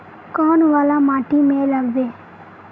कौन वाला माटी में लागबे?